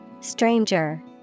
Stranger